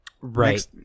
Right